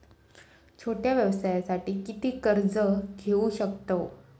छोट्या व्यवसायासाठी किती कर्ज घेऊ शकतव?